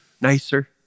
nicer